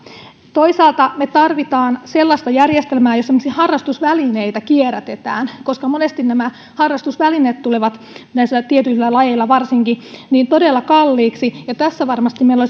toisaalta me tarvitsemme sellaista järjestelmää jossa esimerkiksi harrastusvälineitä kierrätetään koska monesti harrastusvälineet tulevat tietyissä lajeissa varsinkin todella kalliiksi ja tässä varmasti meillä